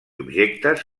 objectes